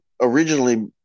originally